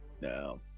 No